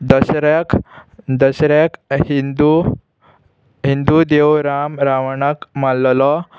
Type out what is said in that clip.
दसऱ्याक दसऱ्याक हिंदू हिंदू देव राम रावणाक मारललो